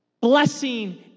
Blessing